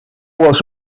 was